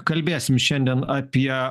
kalbėsim šiandien apie